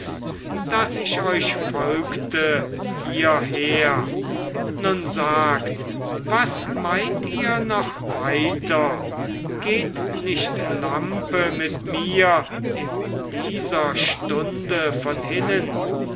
daß ich euch folgte hierher nun sagt was meint ihr noch weiter geht nicht lampe mit mir in dieser stunde von hinnen